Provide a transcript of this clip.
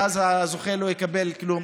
ואז הזוכה לא יקבל דבר,